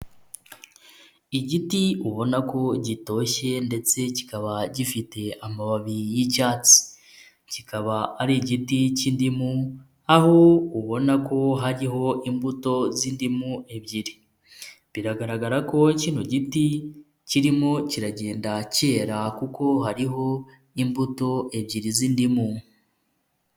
Igiti ubona ko gitoshye ndetse kikaba gifite amababi y'icyatsi, kikaba ari igiti cy'indimu aho ubona ko hariho imbuto z'indimu ebyiri, biragaragara ko kino giti kirimo kiragenda kera kuko hariho imbuto ebyiri z'indimu.